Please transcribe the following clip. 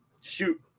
shoot